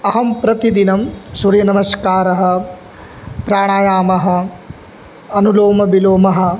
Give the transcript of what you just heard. अहं प्रतिदिनं सूर्यनमस्कारः प्राणायामः अनुलोमविलोमः